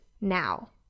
now